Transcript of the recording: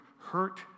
hurt